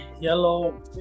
yellow